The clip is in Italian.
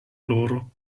loro